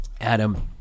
Adam